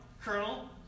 colonel